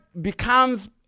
becomes